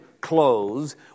clothes